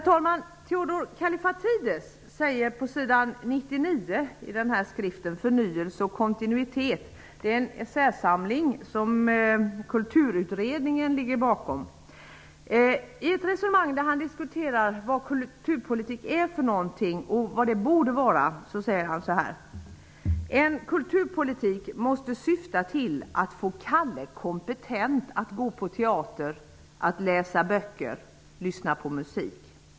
Theodor Kallifatides säger på s. 99 i Förnyelse och kontinuitet -- det är en essäsamling som Kulturutredningen ligger bakom -- i ett resonemang om vad kulturpolitik är och borde vara: ''En kulturpolitik måste syfta till att få Kalle kompetent att gå på teater, att läsa böcker, lyssna på musik''.